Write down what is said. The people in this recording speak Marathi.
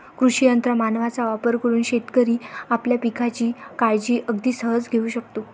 कृषी यंत्र मानवांचा वापर करून शेतकरी आपल्या पिकांची काळजी अगदी सहज घेऊ शकतो